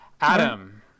Adam